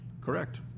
Correct